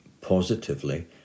positively